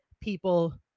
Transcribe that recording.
people